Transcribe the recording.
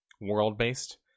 world-based